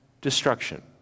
destruction